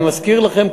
אני מזכיר לכם,